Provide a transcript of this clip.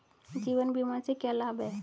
जीवन बीमा से क्या लाभ हैं?